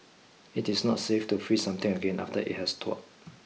it is not safe to freeze something again after it has thawed